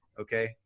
okay